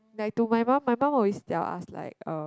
like to my mom my mom always tell us like uh